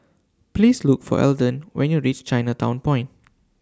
Please Look For Elden when YOU REACH Chinatown Point